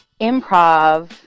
improv